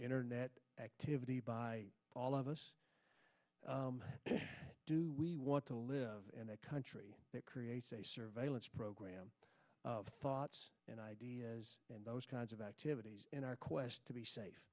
internet activity by all of us do we want to live in a country that creates a surveillance program of thoughts and ideas and those kinds of activities in our quest to be safe